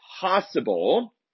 possible